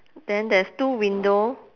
then there's two window